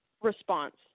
response